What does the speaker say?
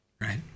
Right